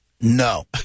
No